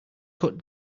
cut